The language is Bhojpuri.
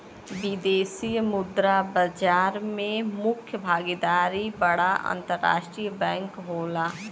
विदेशी मुद्रा बाजार में मुख्य भागीदार बड़ा अंतरराष्ट्रीय बैंक होला